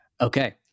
okay